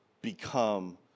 become